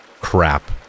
Crap